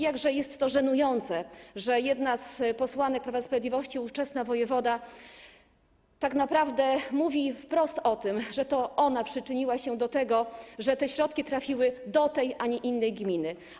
Jakże jest to żenujące, że jedna z posłanek Prawa i Sprawiedliwości, ówczesny wojewoda, tak naprawdę mówi wprost o tym, że to ona przyczyniła się do tego, że te środki trafiły do tej, a nie innej gminy.